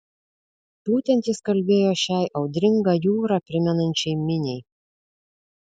būtent jis kalbėjo šiai audringą jūrą primenančiai miniai